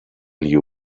you